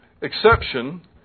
exception